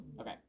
Okay